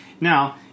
Now